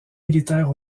militaire